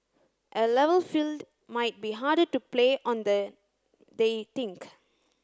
a level field might be harder to play on they they think